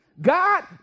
God